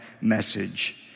message